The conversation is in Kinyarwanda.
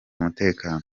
umutekano